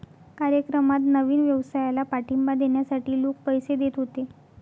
कार्यक्रमात नवीन व्यवसायाला पाठिंबा देण्यासाठी लोक पैसे देत होते